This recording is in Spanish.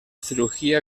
cirugía